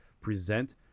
present